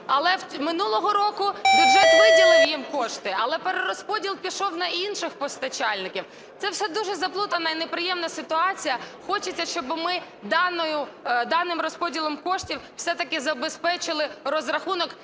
Але минулого року бюджет виділив їм кошти, але перерозподіл пішов на інших постачальників. Це все дуже заплутана і неприємна ситуація, хочеться, щоб ми даним розподілом коштів все-таки забезпечили розрахунок